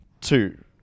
Two